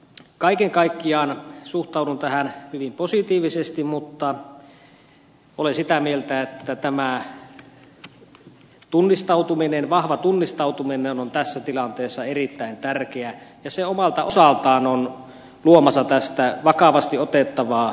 kaiken kaikkiaan suhtaudun tähän hyvin positiivisesti mutta olen sitä mieltä että tämä vahva tunnistautuminen on tässä tilanteessa erittäin tärkeä ja se omalta osaltaan on luomassa tästä vakavasti otettavaa välinettä